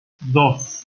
dos